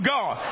God